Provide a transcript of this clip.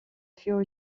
furent